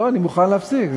לא, אני מוכן להפסיק.